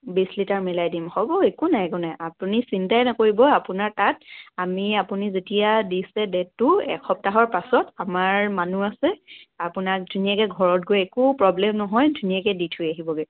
বিছ লিটাৰ মিলাই দিম হ'ব একো নাই একো নাই আপুনি চিন্তাই নকৰিব আপোনাৰ তাত আমি আপুনি যেতিয়া দিছে ডে'টটো এসপ্তাহৰ পাছত আমাৰ মানুহ আছে আপোনাক ধুনীয়াকৈ ঘৰত গৈ একো প্ৰব্লেম নহয় ধুনীয়াকৈ দি থৈ আহিবগৈ